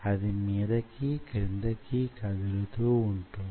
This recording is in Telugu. అది మీదకీ క్రిందకీ కదులుతూ వుంటుంది